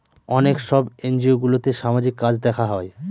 অনেক সব এনজিওগুলোতে সামাজিক কাজ দেখা হয়